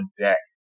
deck